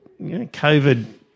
COVID